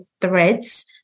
threads